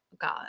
god